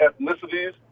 ethnicities